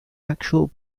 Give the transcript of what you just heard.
actual